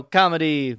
comedy